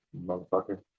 motherfucker